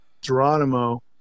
Geronimo